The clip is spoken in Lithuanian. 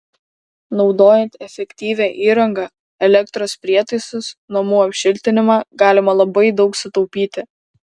naudojant efektyvią įrangą elektros prietaisus namų apšiltinimą galima labai daug sutaupyti